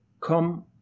come